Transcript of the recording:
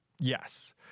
Yes